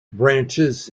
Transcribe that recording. branches